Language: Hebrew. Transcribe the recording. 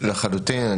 לחלוטין.